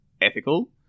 ethical